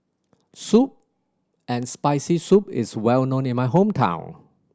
soup and Spicy Soup is well known in my hometown